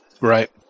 Right